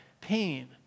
pain